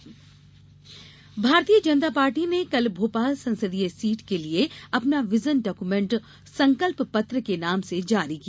भाजपा दृष्टिपत्र भारतीय जनता पार्टी ने कल भोपाल संसदीय सीट के लिए अपना विजन डाक्यूमेण्ट संकल्प पत्र के नाम से जारी किया